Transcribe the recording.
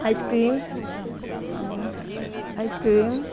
ice cream ice cream